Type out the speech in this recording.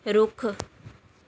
ਰੁੱਖ